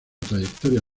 trayectoria